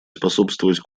способствовать